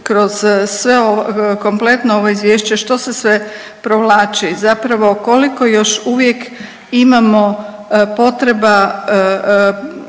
kroz sve ovo kompletno ovo izvješće što se sve provlači zapravo koliko još uvijek imamo potreba